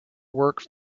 work